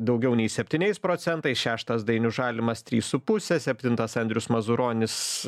daugiau nei septyniais procentais šeštas dainius žalimas trys su puse septintas andrius mazuronis